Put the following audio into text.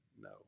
no